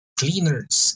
cleaners